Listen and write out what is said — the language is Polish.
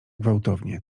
gwałtownie